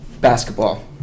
Basketball